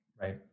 Right